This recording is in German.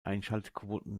einschaltquoten